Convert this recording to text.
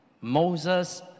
Moses